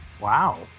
Wow